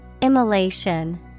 Immolation